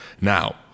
Now